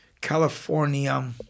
California